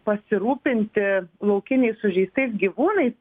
pasirūpinti laukiniais sužeistais gyvūnais